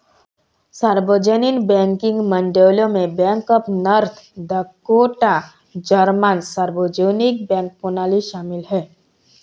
सार्वजनिक बैंकिंग मॉडलों में bank of North Dakota German सार्वजनिक बैंक प्रणाली शामिल है